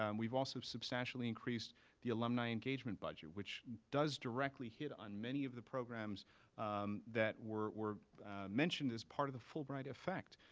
um we've also substantially increased the alumni engagement budget, which does directly hit on many of the programs that were mentioned as part of the fulbright effect.